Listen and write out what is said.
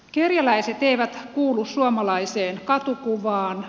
kerjäläiset eivät kuulu suomalaiseen katukuvaan